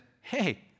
Hey